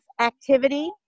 activity